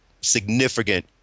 significant